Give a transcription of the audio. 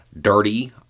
dirty